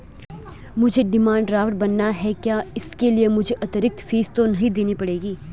मुझे demand draft बनाना है क्या इसके लिए मुझे अतिरिक्त फीस तो नहीं देनी पड़ेगी?